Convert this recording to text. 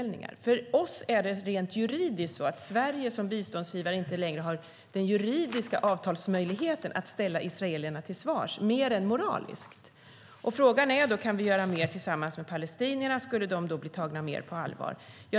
Rent juridiskt är det så att Sverige som biståndsgivare inte längre har den juridiska avtalsmöjligheten att ställa israelerna till svars mer än moraliskt. Frågan är då om vi kan göra mer tillsammans med palestinierna och om de då skulle bli tagna mer på allvar.